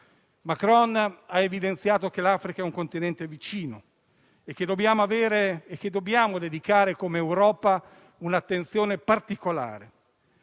Macron ha evidenziato che l'Africa è un continente vicino, cui dobbiamo dedicare come Europa un'attenzione particolare.